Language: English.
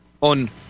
on